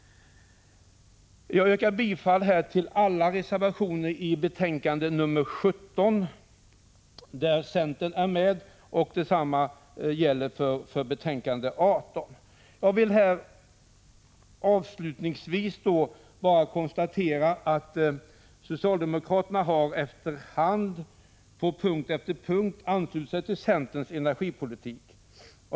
Jag yrkar bifall till alla reservationer i betänkandet nr 17 som centern har undertecknat. Detsamma gäller betänkandet nr 18. Herr talman! Jag vill avslutningsvis konstatera att socialdemokraterna efter hand på punkt efter punkt anslutit sig till centerns energipolitik.